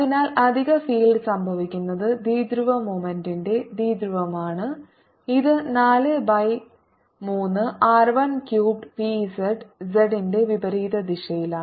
അതിനാൽ അധിക ഫീൽഡ് സംഭവിക്കുന്നത് ദ്വിധ്രുവ മോമെന്റ്റ് ന്റെ ദ്വിധ്രുവമാണ് ഇത് 4 pi by 3 R 1 cubed P z z ന്റെ വിപരീത ദിശയിലാണ്